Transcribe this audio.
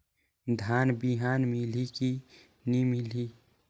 धान बिहान मिलही की नी मिलही?